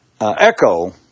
Echo